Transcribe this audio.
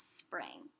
spring